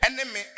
enemy